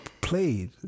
played